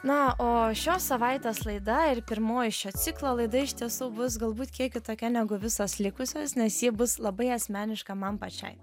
na o šios savaitės laida ir pirmoji šio ciklo laida iš tiesų bus galbūt kiek kitokia negu visos likusios nes ji bus labai asmeniška man pačiai